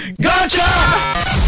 Gotcha